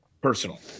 personal